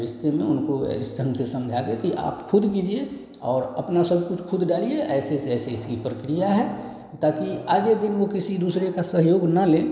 रिश्ते में उनको इस ढंग से समझा करके कि आप ख़ुद कीजिए और अपना सबकुछ ख़ुद डालिए ऐसे से ऐसे इसकी प्रक्रिया है ताकि आगे दिन वह किसी दूसरे का सहयोग न लें